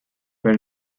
well